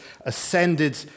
ascended